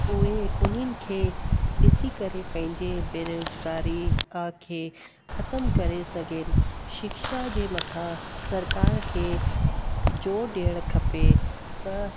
उए उन्हनि खे ॾिसी करे पंहिंजे बेरोज़गारी आ खे ख़तमु करे सघनि शिक्षा जे मथा सरकार खे ज़ोरि ॾियणु खपे त